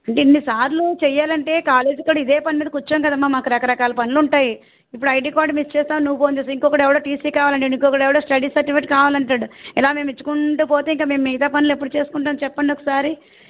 అంటే ఇన్ని సార్లు చేయాలంటే కాలేజ్కి కూడా ఇదే పని మీద కూర్చోము కదమ్మా మాకు రక రకాల పనులు ఉంటాయి ఇప్పుడు ఐడీ కార్డు మిస్ చేసావు అని నువ్వు ఫోన్ చేసి ఇంకొకడు ఎవడో టీసీ కావాలని ఇంకొకడు ఎవడో స్టడీ సర్టిఫికేట్ కావాలంటాడు ఇలా మేము ఇచ్చుకుంటూ పోతే ఇంకా మేము మిగతా పనులు ఎప్పుడు చేసుకుంటాము చెప్పండి ఒకసారి